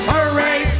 Hooray